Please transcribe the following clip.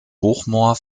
hochmoor